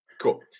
Cool